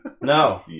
No